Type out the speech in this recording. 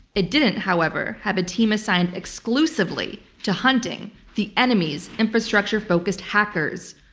it didn't, however, have a team assigned exclusively to hunting the enemy's infrastructure-focused hackers.